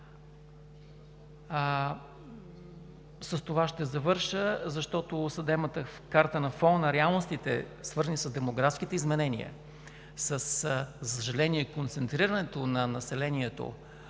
С това ще завърша, защото съдебната карта на фона на реалностите, свързани с демографските изменения, за съжаление, с концентрирането на населението